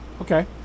Okay